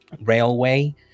railway